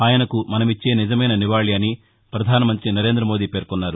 ఆయనకు మనమిచ్చే నిజమైన నివాళి అని ప్రధానమంతి నరేంద్రమోదీ పేర్కొన్నారు